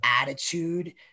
attitude